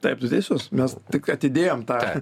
taip tu teisus mes tik atidėjom tą